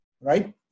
right